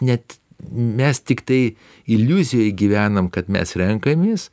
net mes tiktai iliuzijoj gyvenam kad mes renkamės